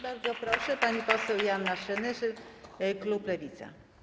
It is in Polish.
Bardzo proszę, pani poseł Joanna Senyszyn, klub Lewica.